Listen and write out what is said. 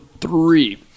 Three